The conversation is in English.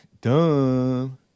dumb